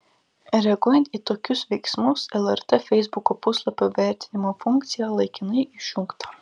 reaguojant į tokius veiksmus lrt feisbuko puslapio vertinimo funkcija laikinai išjungta